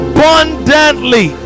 Abundantly